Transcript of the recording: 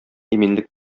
иминлек